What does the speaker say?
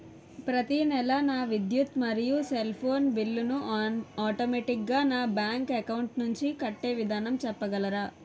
ప్రతి నెల నా విద్యుత్ మరియు సెల్ ఫోన్ బిల్లు ను ఆటోమేటిక్ గా నా బ్యాంక్ అకౌంట్ నుంచి కట్టే విధానం చెప్పగలరా?